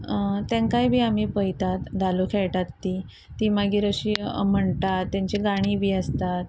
तेंकांय बी आमी पळयतात धालो खेळटात ती ती मागीर अशी म्हणटात तेंची गाणी बी आसतात